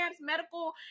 medical